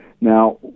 Now